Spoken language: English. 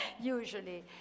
usually